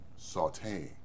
sauteing